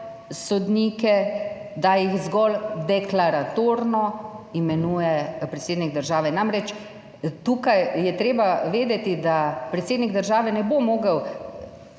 sodnike, da jih zgolj deklaratorno imenuje predsednik države. Namreč, tukaj je treba vedeti, da predsednik države ne bo mogel